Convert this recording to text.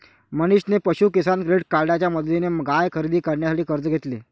मनीषने पशु किसान क्रेडिट कार्डच्या मदतीने गाय खरेदी करण्यासाठी कर्ज घेतले